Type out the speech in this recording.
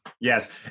yes